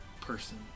person